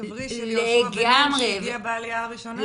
עברי של יהושע בן נון שהגיע בעלייה הראשונה?